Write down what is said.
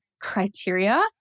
criteria